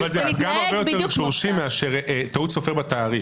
אבל זה פגם הרבה יותר שורשי מאשר טעות סופר בתאריך.